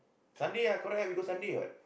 Sunday ah correct we go Sunday what